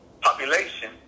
population